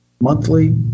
monthly